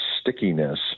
stickiness